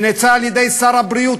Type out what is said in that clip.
שנעצר על-ידי שר הבריאות,